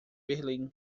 berlim